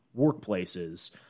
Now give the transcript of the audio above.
workplaces